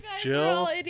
jill